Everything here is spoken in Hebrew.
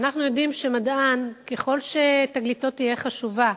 אנחנו יודעים שמדען, ככל שתגליתו תהיה חשובה,